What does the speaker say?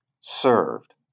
served